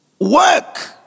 work